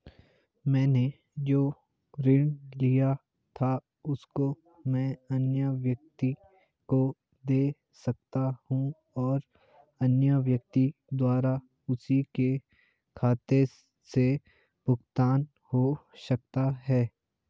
मैंने जो ऋण लिया था उसको मैं अन्य व्यक्ति को दें सकता हूँ और अन्य व्यक्ति द्वारा उसी के खाते से भुगतान हो सकता है?